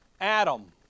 Adam